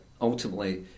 ultimately